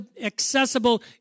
accessible